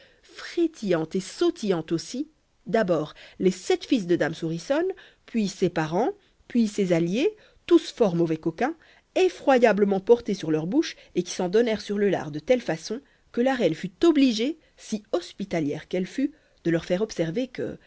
frétillant et sautillant aussi d'abord les sept fils de dame souriçonne puis ses parents puis ses alliés tous fort mauvais coquins effroyablement portés sur leur bouche et qui s'en donnèrent sur le lard de telle façon que la reine fut obligée si hospitalière qu'elle fût de leur faire observer que